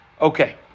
Okay